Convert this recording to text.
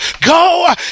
go